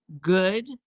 good